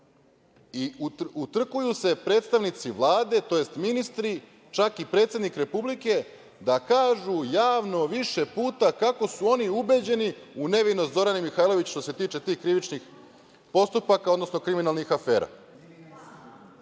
i utrkuju se predstavnici Vlade, tj. ministri, čak i predsednik Republike da kažu javno više puta kako su oni ubeđeni u nevinost Zorane Mihajlović što se tiče tih krivičnih postupaka, odnosno kriminalnih afera. Da